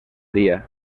dia